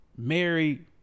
Married